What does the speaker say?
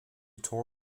tour